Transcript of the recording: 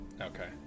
Okay